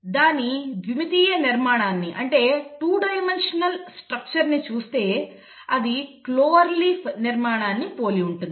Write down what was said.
దాని ద్విమితీయ నిర్మాణాన్ని చూస్తే అది క్లోవర్ లీఫ్ నిర్మాణాన్ని పోలిఉంటుంది